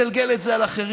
מגלגל את זה על אחרים.